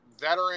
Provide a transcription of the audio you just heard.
veteran